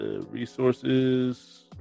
resources